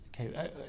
Okay